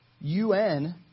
UN